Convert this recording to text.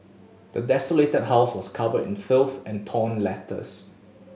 the desolated house was covered in filth and torn letters